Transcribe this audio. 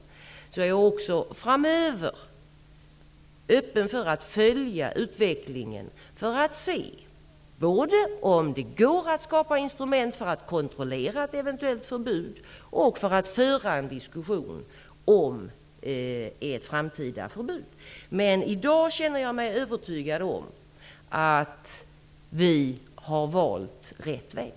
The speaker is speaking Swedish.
Jag är också framöver öppen för att följa utvecklingen för att se både om det går att skapa instrument för att kontrollera ett eventuellt förbud och för att föra en diskussion om ett framtida förbud. Men i dag känner jag mig övertygad om att vi har valt rätt väg.